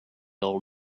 old